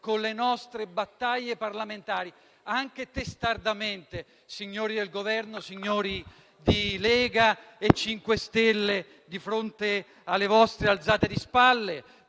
con le nostre battaglie parlamentari, anche testardamente, signori del Governo, signori della Lega e del MoVimento 5 Stelle, di fronte alle vostre alzate di spalle,